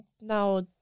now